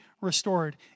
restored